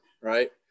right